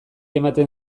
ematen